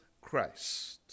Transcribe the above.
Christ